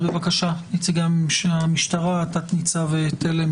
בבקשה, תת-ניצב תלם.